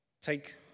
take